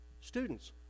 students